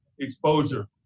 exposure